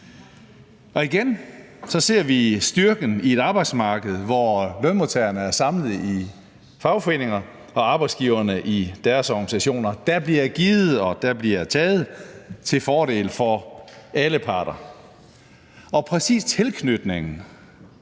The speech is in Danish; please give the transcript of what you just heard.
igen ser vi styrken ved et arbejdsmarked, hvor lønmodtagerne er samlet i fagforeninger og arbejdsgiverne i deres organisationer. Der bliver givet, og der bliver taget til fordel for alle parter. Og præcis tilknytningen